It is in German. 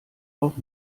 auch